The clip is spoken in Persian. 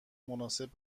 مناسب